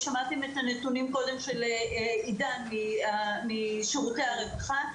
ששמעתם קודם של עידן משירותי הרווחה,